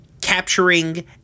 capturing